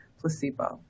placebo